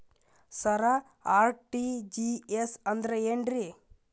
ಸರ RTGS ಅಂದ್ರ ಏನ್ರೀ?